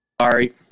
Sorry